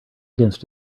against